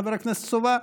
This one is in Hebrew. חבר הכנסת סובה,